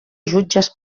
jutges